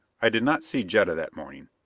i did not see jetta that morning.